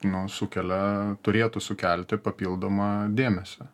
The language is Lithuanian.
nu sukelia turėtų sukelti papildomą dėmesio